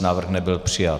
Návrh nebyl přijat.